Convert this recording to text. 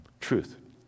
Truth